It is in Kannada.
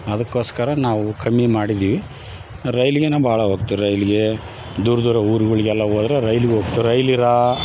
ಅದಕೋಸ್ಕರ ನಾವು ಕಮ್ಮಿ ಮಾಡಿದ್ದೀವಿ ರೈಲ್ಗೇನೆ ಭಾಳ ಹೋಗ್ತೀವಿ ರೈಲ್ಗೆ ದೂರ ದೂರ ಊರ್ಗುಳಿಗೆಲ್ಲಾ ಹೋದ್ರೆ ರೈಲ್ಗೆ ಹೋಗ್ತಾ ರೈಲಿ ರಾ